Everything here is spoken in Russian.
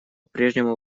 прежнему